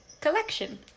collection